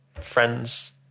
friends